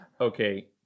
Okay